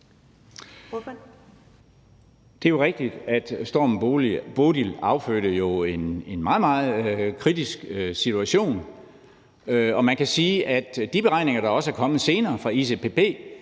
Det er jo rigtigt, at stormen Bodil affødte en meget, meget kritisk situation. Og man kan sige, at de beregninger, der også er kommet senere fra IPCC